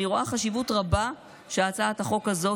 ואני רואה חשיבות רבה שהצעת החוק הזאת